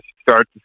start